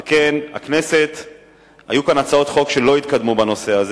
על כן, היו כאן הצעות חוק שלא התקדמו בנושא הזה.